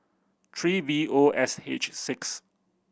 three V O S H six